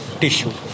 tissue